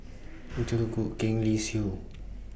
Tzu Goh Keng Lee Siew